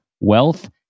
Wealth